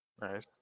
Nice